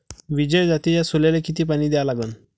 विजय जातीच्या सोल्याले किती पानी द्या लागन?